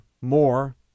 more